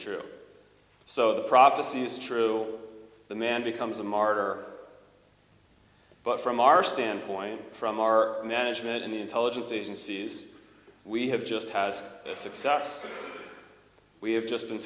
true so the prophecy is true the man becomes a martyr but from our standpoint from our management and intelligence agencies we have just had success we have just been